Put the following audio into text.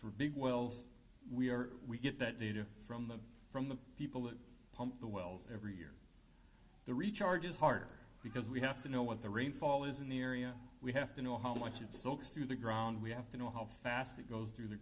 for big wells we are we get that data from them from the people that pump the wells every year the recharge is hard because we have to know what the rainfall is in the area we have to know how much it soaks through the ground we have to know how fast it goes through the